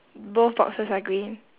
both boxes are green